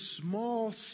small